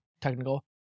technical